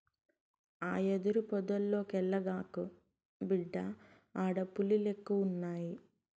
ఆ యెదురు పొదల్లోకెల్లగాకు, బిడ్డా ఆడ పులిలెక్కువున్నయి